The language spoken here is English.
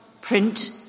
print